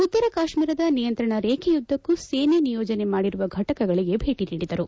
ಉತ್ತರ ಕಾಶ್ಮೀರದ ನಿಯಂತ್ರಣ ರೇಖೆಯದ್ದಕ್ಕೂ ಸೇನೆ ನಿಯೋಜನೆ ಮಾಡಿರುವ ಘಟಕಗಳಿಗೆ ಭೇಟ ನೀಡಿದರು